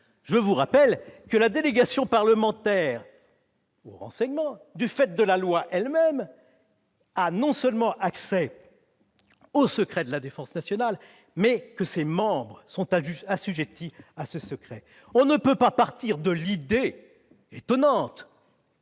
je vous le rappelle, la délégation parlementaire au renseignement, du fait de la loi elle-même, a accès aux secrets de la défense nationale, et ses membres sont assujettis à ce secret. On ne peut retenir l'idée étonnante